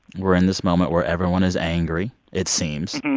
we're in this moment where everyone is angry it seems.